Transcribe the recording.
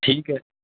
ٹھیک ہے